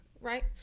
Right